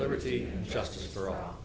liberty and justice for